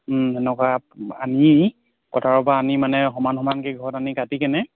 সেনেকুৱা আনি পথাৰৰ পৰা আনি সমান সমানকৈ ঘৰত আনি কাটি কিনে